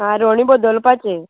आरोणी बदलपाचें